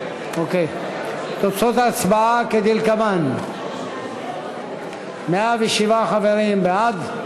תוצאות ההצבעה כדלקמן: 107 חברים בעד,